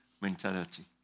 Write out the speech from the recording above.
mentality